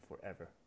forever